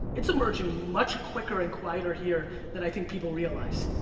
it's emerging much quicker and quieter here than i think people realize.